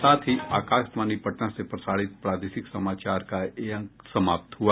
इसके साथ ही आकाशवाणी पटना से प्रसारित प्रादेशिक समाचार का ये अंक समाप्त हुआ